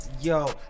yo